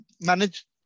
manage